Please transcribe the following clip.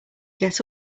get